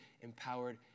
empowered